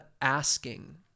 asking